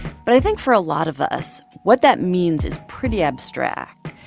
but i think for a lot of us, what that means is pretty abstract.